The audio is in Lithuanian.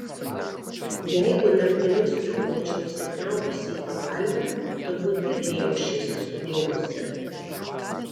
jeigu naktimis sriūbaučiau įsikniaubusi į pagalvę turbūt irgi jausčiausi suglumusi